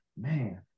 man